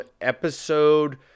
Episode